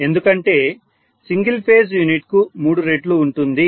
ఎందుకంటే single phase unit కు మూడు రెట్లు ఉంటుంది